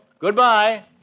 Goodbye